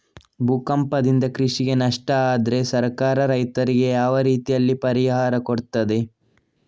ಭೂಕಂಪದಿಂದ ಕೃಷಿಗೆ ನಷ್ಟ ಆದ್ರೆ ಸರ್ಕಾರ ರೈತರಿಗೆ ಯಾವ ರೀತಿಯಲ್ಲಿ ಪರಿಹಾರ ಕೊಡ್ತದೆ?